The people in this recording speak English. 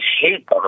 hate